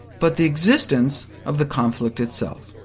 but the existence of the conflict itself.